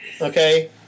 Okay